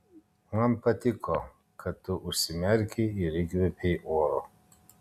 man patiko kad tu užsimerkei ir įkvėpei oro